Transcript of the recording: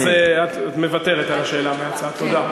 את מוותרת על שאלה מהצד, תודה.